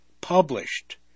published